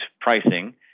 pricing